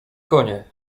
konie